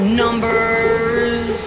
numbers